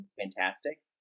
fantastic